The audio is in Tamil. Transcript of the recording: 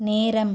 நேரம்